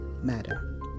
Matter